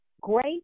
great